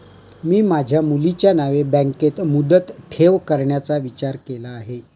मी माझ्या मुलीच्या नावे बँकेत मुदत ठेव करण्याचा विचार केला आहे